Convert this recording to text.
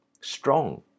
Strong